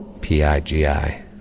P-I-G-I